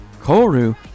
KORU